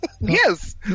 yes